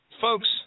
Folks